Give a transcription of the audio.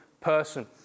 person